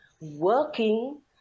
working